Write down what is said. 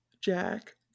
Jack